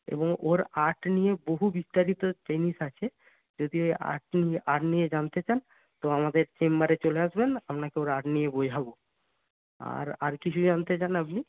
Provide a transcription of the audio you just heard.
এবং ওর আর্ট নিয়ে বহু বিস্তারিত জিনিস আছে যদি আর্ট নিয়ে আর্ট নিয়ে জানতে চান তো আমাদের চেম্বারে চলে আসবেন আপনাকে ওর আর্ট নিয়ে বোঝাবো আর আর কিছু জানতে চান আপনি